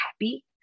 happy